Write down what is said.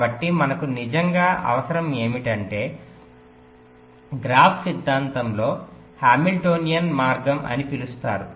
కాబట్టి మనకు నిజంగా అవసరం ఏమిటంటే గ్రాఫ్ సిద్ధాంతంలో హామిల్టోనియన్ మార్గం అని పిలుస్తారు